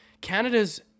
Canada's